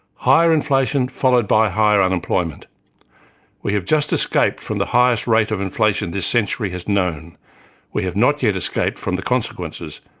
higher inflation, followed by higher unemployment we have just escaped from the highest rate of inflation this century has known we have not yet escaped from the consequences,